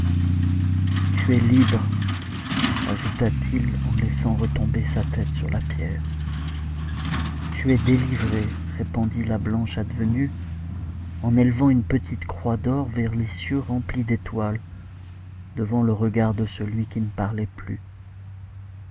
tu es libre ajouta-t-il en laissant retomber sa tête sur la pierre tu es délivré répondit la blanche advenue en élevant une petite croix d'or vers les cieux remplis d'étoiles devant le regard de celui qui ne parlait plus